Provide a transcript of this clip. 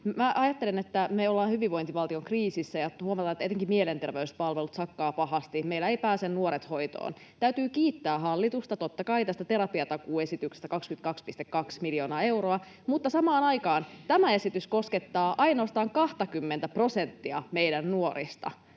ajattelen, että me ollaan hyvinvointivaltion kriisissä, ja huomataan, että etenkin mielenterveyspalvelut sakkaavat pahasti. Meillä eivät pääse nuoret hoitoon. Täytyy kiittää hallitusta, totta kai, tästä terapiatakuuesityksestä, 22,2 miljoonaa euroa, mutta samaan aikaan tämä esitys koskettaa ainoastaan 20:tä prosenttia meidän nuorista.